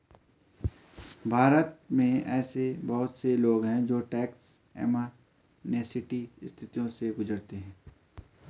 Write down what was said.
भारत में ऐसे बहुत से लोग हैं जो टैक्स एमनेस्टी स्थितियों से गुजरते हैं